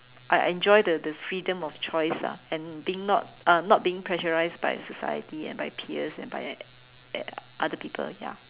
I enjoy the the freedom of choice ah and being not uh not being pressurized by society and by peers and by a~ a~ other people ya